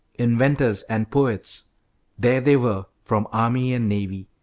inventors, and poets there they were, from army and navy,